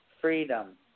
Freedom